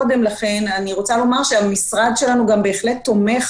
אני רוצה לומר שהמשרד שלנו בהחלט תומך